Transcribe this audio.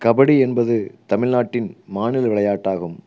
கபடி என்பது தமிழ்நாட்டின் மாநில விளையாட்டாகும்